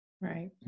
Right